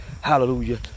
Hallelujah